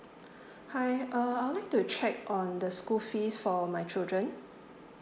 hi uh I would like to check on the school fees for my children